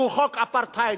שהוא חוק אפרטהייד,